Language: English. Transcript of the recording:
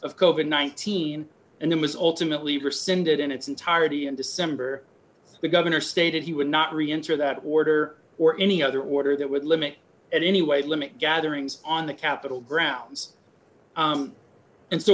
of covert nineteen and it was ultimately rescinded in its entirety in december the governor stated he would not reenter that order or any other order that would limit at any weight limit gatherings on the capitol grounds and so